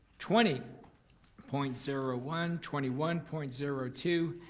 twenty point zero one, twenty one point zero two,